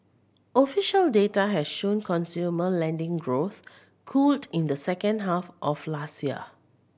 official data has shown consumer lending growth cooled in the second half of last year